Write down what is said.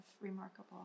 remarkable